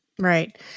Right